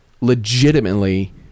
legitimately